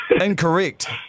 Incorrect